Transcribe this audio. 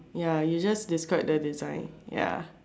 ya you just describe the design ya